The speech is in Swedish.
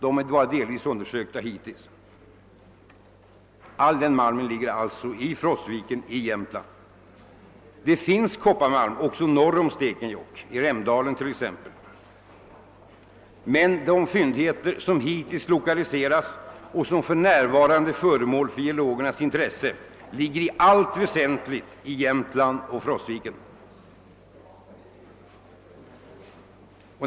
De är bara delvis undersökta hittills. All den malmen ligger alltså i Frostviken i Jämtland. Det finns kopparmalm även norr om Stekenjokk — i Remdalen t.ex. Men de fyndigheter som hittills lokaliserats och som för närvarande är föremål för geologernas intresse ligger i allt väsentligt i Frostviken i Jämtland.